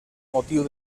motiu